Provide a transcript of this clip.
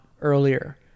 earlier